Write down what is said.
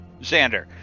Xander